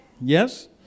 Yes